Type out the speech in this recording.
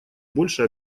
больше